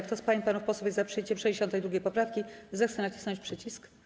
Kto z pań i panów posłów jest za przyjęciem 62. poprawki, zechce nacisnąć przycisk.